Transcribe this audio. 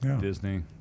Disney